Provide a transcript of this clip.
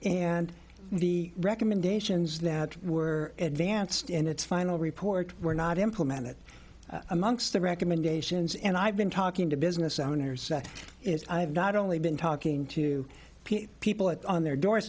and the recommendations that were advanced in its final report were not implemented amongst the recommendations and i've been talking to business owners that i've not only been talking to people on their